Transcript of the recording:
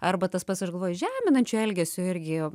arba tas pats aš galvoju žeminančio elgesio irgi